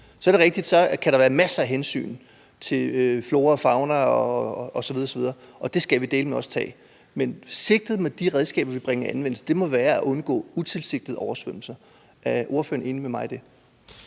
Så er det rigtigt, at der kan være masser af hensyn til flora og fauna osv. osv., og det skal vi dæleme også tage. Men sigtet med de redskaber, vi bringer i anvendelse, må være at undgå utilsigtede oversvømmelser. Er ordføreren enig med mig i det?